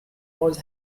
was